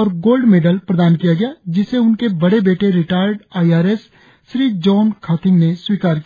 और gold medal प्रदान किया गया जिसे उनके बड़े बेटे retired I R S Shri John Khathing ने स्वीकार किया